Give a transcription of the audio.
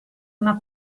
una